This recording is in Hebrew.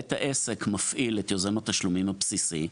בית העסק מפעיל את יוזם התשלומים הבסיסי.